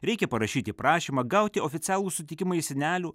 reikia parašyti prašymą gauti oficialų sutikimą iš senelių